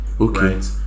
Okay